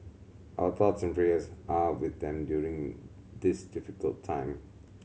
our thoughts and prayers are with them during this difficult time